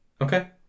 Okay